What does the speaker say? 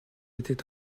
était